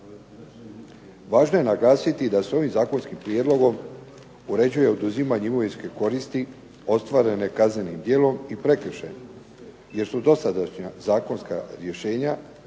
Važno je naglasiti da se s ovim zakonskim prijedlogom uređuje oduzimanje imovinske koristi ostvarene kaznenim djelom i prekršajem, jer su dosadašnja zakonska rješenja